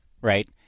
right